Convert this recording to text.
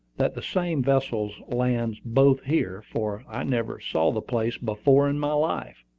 that the same vessel lands both here, for i never saw the place before in my life.